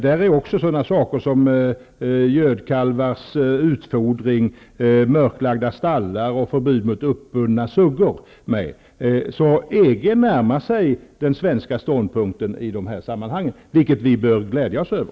Där tas också upp gödkalvars utfodring, mörklagda stallar och förbud mot att hålla suggor uppbundna. EG närmar sig den svenska ståndpunkten i dessa sammanhang, vilket vi bör glädjas över.